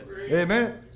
Amen